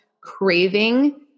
craving